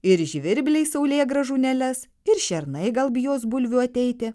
ir žvirbliai saulėgrąžų neles ir šernai gal bijos bulvių ateiti